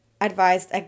advised